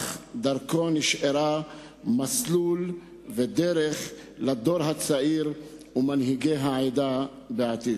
אך דרכו נשארה מסלול ודרך לדור הצעיר ולמנהיגי העדה בעתיד.